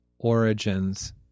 Origins